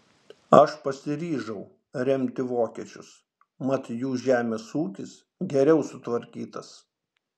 aš pasiryžau remti vokiečius mat jų žemės ūkis geriau sutvarkytas